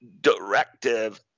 directive